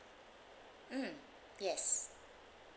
mm yes